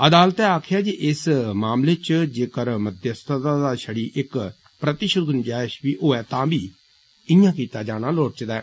अदालतै आक्खेआ जे इस मामले च जेकर मध्यस्थता दा छड़ी इक प्रतिष्त गुंजाइष बी होयै तां बी इयां कीता जाना लोड़चदा ऐ